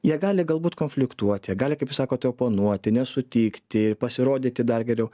jie gali galbūt konfliktuoti gali kaip jūs sakot oponuoti nesutikti ir pasirodyti dar geriau